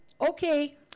Okay